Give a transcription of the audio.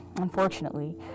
unfortunately